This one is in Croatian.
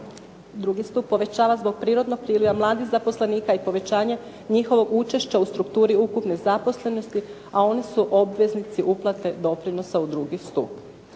drugi stup, povećava zbog prirodnog priliva mladih zaposlenika i povećanja njihovog učešća u strukturi ukupne zaposlenosti, a oni su obveznici uplate doprinosa u drugi stup.